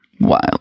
Wild